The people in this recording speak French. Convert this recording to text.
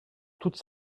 toutes